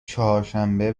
چهارشنبه